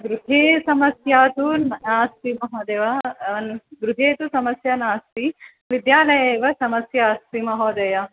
गृहे समस्या तु नास्ति महोदया गृहे तु समस्या नास्ति विद्यालये एव समस्या अस्ति महोदया